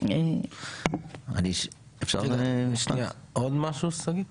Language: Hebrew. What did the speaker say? עוד משהו שגית?